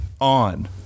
on